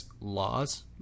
laws